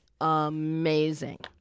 amazing